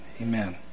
Amen